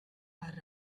are